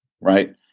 Right